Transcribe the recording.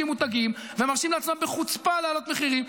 מותגים ומרשים לעצמם בחוצפה להעלות מחירים.